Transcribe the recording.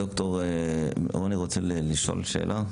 ד"ר רוני רוצה לשאול שאלה.